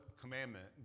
commandment